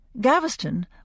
Gaveston